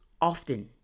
often